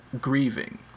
grieving